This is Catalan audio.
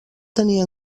tenir